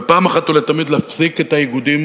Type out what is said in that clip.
ואחת ולתמיד להפסיק את האיגודים